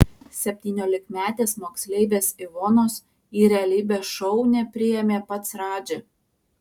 septyniolikmetės moksleivės ivonos į realybės šou nepriėmė pats radži